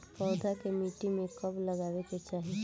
पौधा के मिट्टी में कब लगावे के चाहि?